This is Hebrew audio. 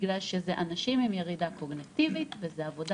בגלל שאלו אנשים עם ירידה קוגניטיבית וזו עבודה